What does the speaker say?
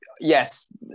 yes